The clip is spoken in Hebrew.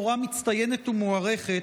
מורה מצטיינת ומוערכת,